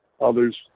others